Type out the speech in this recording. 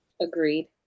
Agreed